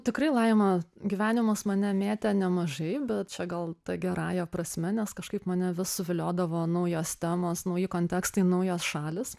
tikrai laima gyvenimas mane mėtė nemažai bet čia gal ta gerąja prasme nes kažkaip mane vis suviliodavo naujos temos nauji kontekstai naujos šalys